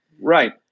Right